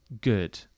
good